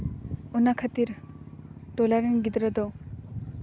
ᱚᱱᱟ ᱠᱷᱟᱹᱛᱤᱨ ᱴᱚᱞᱟ ᱨᱮᱱ ᱜᱤᱫᱽᱨᱟᱹ ᱫᱚ